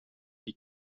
die